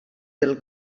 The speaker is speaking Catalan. del